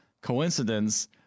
coincidence